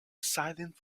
silent